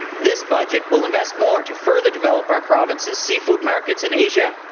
this budget will invest more to further develop our province's seafood markets in asia,